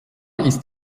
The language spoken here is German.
ist